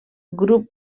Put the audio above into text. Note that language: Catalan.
grup